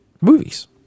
movies